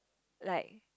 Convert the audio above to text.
like